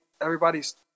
everybody's